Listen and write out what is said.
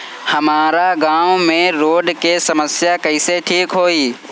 हमारा गाँव मे रोड के समस्या कइसे ठीक होई?